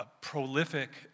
prolific